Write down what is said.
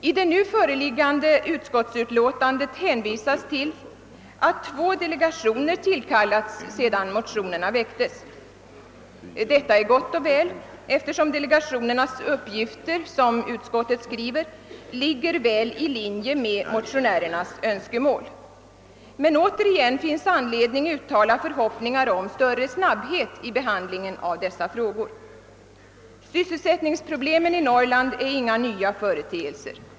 I det nu föreliggande utskottsutlåtandet hänvisas till att två delegationer tillkallats sedan motionerna väcktes. Detta är gott och väl eftersom delegationernas uppgifter, som utskottet skriver, »ligger väl i linje med motionärernas önskemål». Men återigen finns det anledning uttala förhoppningar om större snabbhet vid behandlingen av dessa frågor. Sysselsättningsproblemen i Norrland är inga nya företeelser.